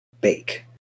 bake